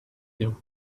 their